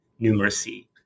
numeracy